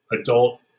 adult